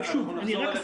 נחזור אליך